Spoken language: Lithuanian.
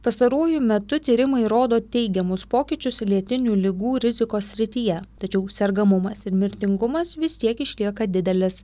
pastaruoju metu tyrimai rodo teigiamus pokyčius lėtinių ligų rizikos srityje tačiau sergamumas ir mirtingumas vis tiek išlieka didelis